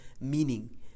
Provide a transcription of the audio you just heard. meaning